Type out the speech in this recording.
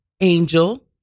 angel